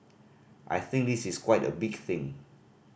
I think this is quite a big thing